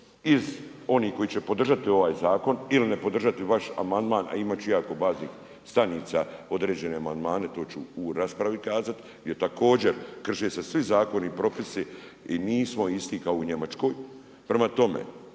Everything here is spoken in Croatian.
iz onih koji će podržati ovaj zakon, ili ne podržati vaš amandman, a imati će jako baznih stanica određene amandmane, to ću u raspravi kazati. Jer također, krše se svi zakoni, propisi i nismo isti kao u Njemačkoj, prema tome,